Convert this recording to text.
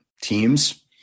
teams